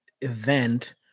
event